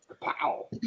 Pow